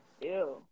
Ew